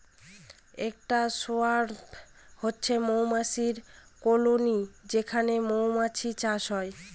একটা সোয়ার্ম হচ্ছে মৌমাছির কলোনি যেখানে মধুমাছির চাষ হয়